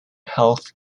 health